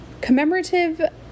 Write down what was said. commemorative